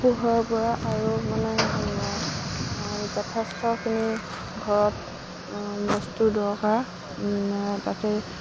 পঢ়াৰ পৰা আৰু মানে যথেষ্টখিনি ঘৰত বস্তু দৰকাৰ তাতে